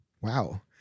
wow